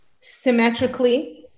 symmetrically